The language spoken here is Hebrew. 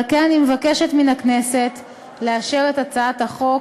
על כן, אני מבקשת מן הכנסת לאשר את הצעת החוק.